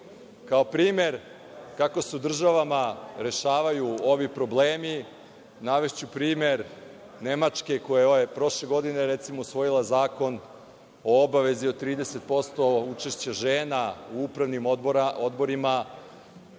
primer kako se u državama rešavaju ovi problemi navešću primer Nemačke, koja je prošle godine, recimo, usvojila zakon o obavezi od 30% učešća žena u upravnim odborima